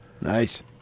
Nice